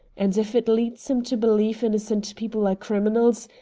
and if it leads him to believe innocent people are criminals,